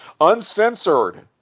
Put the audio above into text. Uncensored